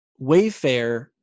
Wayfair